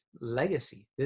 legacy